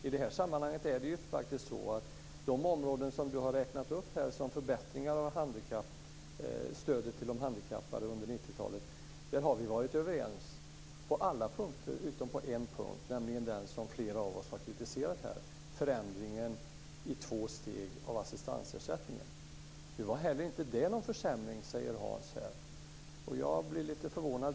I det här sammanhanget har vi på de områden som Hans Karlsson räknat upp där det skett förbättringar av stödet till de handikappade under 90-talet varit överens på alla punkter utom på en, nämligen den som flera av oss kritiserar här. Det gäller förändringen i två steg av assistansersättningen. Inte heller det var någon försämring, säger Hans Karlsson. Jag blir då lite förvånad.